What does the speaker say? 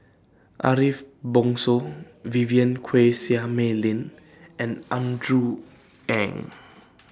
Ariff Bongso Vivien Quahe Seah Mei Lin and Andrew Ang